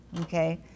Okay